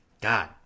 God